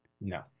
No